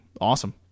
awesome